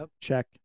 Check